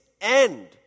end